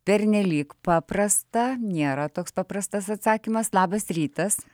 pernelyg paprasta nėra toks paprastas atsakymas labas rytas